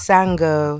Sango